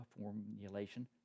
formulation